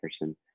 person